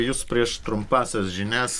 jūs prieš trumpąsias žinias